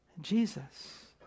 Jesus